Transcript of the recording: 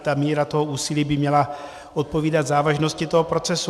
A míra toho úsilí by měla odpovídat závažnosti toho procesu.